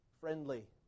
friendly